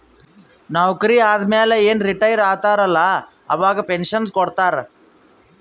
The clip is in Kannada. ನೌಕರಿ ಆದಮ್ಯಾಲ ಏನ್ ರಿಟೈರ್ ಆತಾರ ಅಲ್ಲಾ ಅವಾಗ ಪೆನ್ಷನ್ ಕೊಡ್ತಾರ್